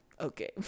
okay